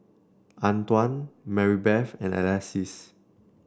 Antwan Marybeth and Alexis